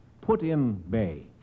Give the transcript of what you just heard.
Put-in-Bay